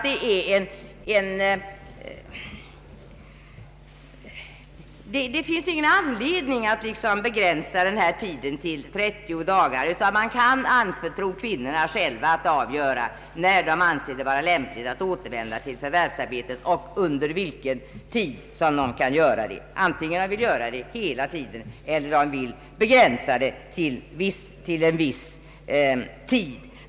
Det finns ingen anledning att begränsa tiden till 30 dagar utan man kan anförtro kvinnorna själva att avgöra när de anser det lämpligt att återvända till förvärvsarbetet vare sig de vill arbeta hela tiden eller de vill begränsa det till en viss del av tiden.